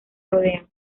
rodean